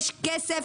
יש כסף,